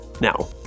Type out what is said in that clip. Now